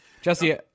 Jesse –